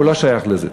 הוא לא שייך לזה.